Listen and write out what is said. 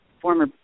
former